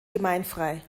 gemeinfrei